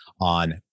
on